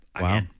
Wow